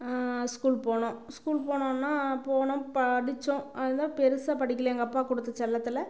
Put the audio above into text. school போனோம் school போனோன்னால் போனோம் படித்தோம் அதுதான் பெருசாக படிக்கலை எங்கள் அப்பா கொடுத்த செல்லத்தில்